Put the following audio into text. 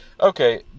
Okay